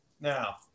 now